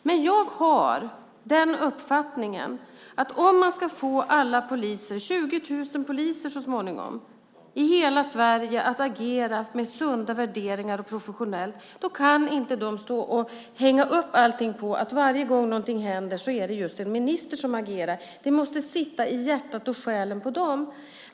Men jag har den uppfattningen att om man ska få alla poliser, 20 000 så småningom, i hela Sverige att agera med sunda värderingar och professionellt kan de inte stå och hänga upp allting på att varje gång någonting händer är det just en minister som agerar. Det måste sitta i hjärtat och själen på dem.